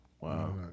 Wow